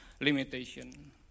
limitation